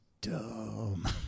dumb